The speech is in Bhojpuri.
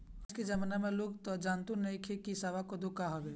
आज के जमाना के लोग तअ जानते नइखे की सावा कोदो का हवे